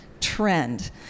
trend